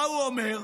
מה הוא אומר?